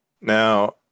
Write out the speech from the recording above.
Now